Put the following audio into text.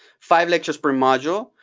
five lectures per module,